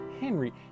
henry